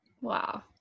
Wow